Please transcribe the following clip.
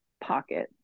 pocket